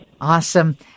Awesome